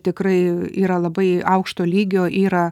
tikrai yra labai aukšto lygio yra